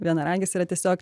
vienaragis yra tiesiog